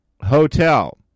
hotel